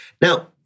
Now